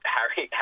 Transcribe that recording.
Harry